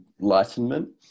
enlightenment